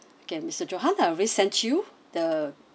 okay mister johan I already sent you the